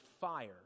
fire